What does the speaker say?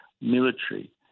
military